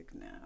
Now